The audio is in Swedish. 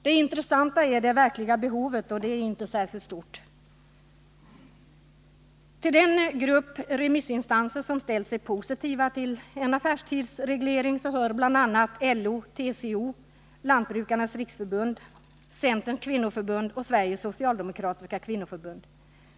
Det intressanta är det verkliga behovet, och det är inte särskilt stort. Till den grupp remissinstanser som har ställt sig positiv till en affärstidsreglering hör bl.a. LO, TCO, Lantbrukarnas riksförbund, Centerns kvinnoförbund och Sveriges socialdemokratiska kvinnoförbund.